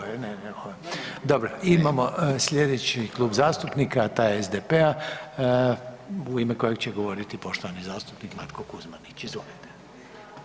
Nemamo. ... [[Govornici govore istovremeno, ne razumije se.]] dobro, imamo sljedeći klub zastupnika, a taj je SDP-a u ime kojeg će govorit poštovani zastupnik Matko Kuzmanić, izvolite.